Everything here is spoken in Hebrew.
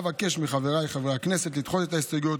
אבקש מחבריי חברי הכנסת לדחות את ההסתייגויות